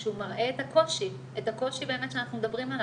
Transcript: שהוא מראה את הקושי שאנחנו מדברים עליו,